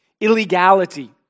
illegality